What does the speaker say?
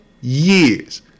years